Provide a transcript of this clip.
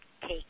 take